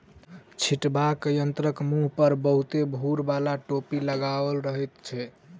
छिटबाक यंत्रक मुँह पर बहुते भूर बाला टोपी लगाओल रहैत छै